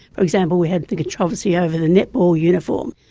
for example, we had the controversy over the netball uniform.